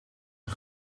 een